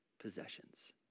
possessions